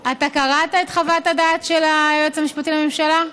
אתה קראת את חוות הדעת של היועץ המשפטי לממשלה?